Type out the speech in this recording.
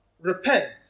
Repent